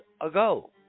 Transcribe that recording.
ago